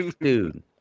Dude